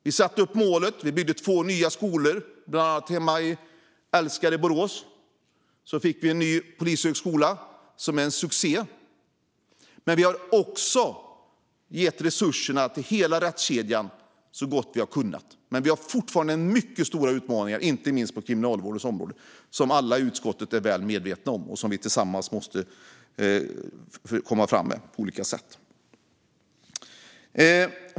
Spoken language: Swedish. Vi satte upp målet, och vi byggde två nya skolor. Bland annat hemma i älskade Borås fick man en ny polishögskola, som är en succé. Men vi har också gett resurser till hela rättskedjan, så gott vi har kunnat. Det finns fortfarande mycket stora utmaningar, inte minst på kriminalvårdens område, som alla i utskottet är väl medvetna om och som vi tillsammans måste komma vidare med på olika sätt.